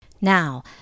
Now